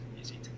easy